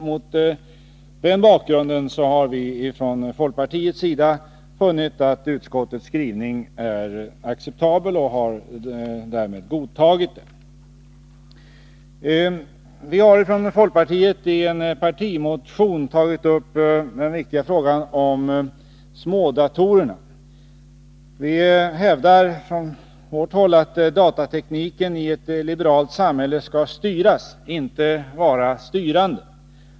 Mot denna bakgrund har vi från folkpartiets sida funnit att utskottets skrivning är acceptabel och har därmed godtagit den. Vi har från folkpartiet i en partimotion tagit upp den viktiga frågan om smådatorerna. Vi hävdar att datatekniken i ett liberalt samhälle skall styras, inte vara styrande.